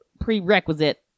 prerequisite